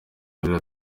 yagize